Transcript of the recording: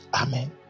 Amen